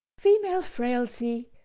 female frailty!